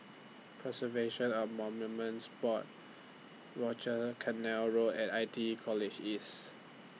Preservation of Monuments Board Rochor Canal Road and I T E College East